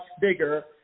bigger